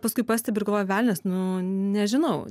paskui pastebi ir galvoji velnias nu nežinau